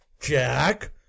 jack